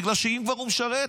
בגלל שאם כבר הוא משרת,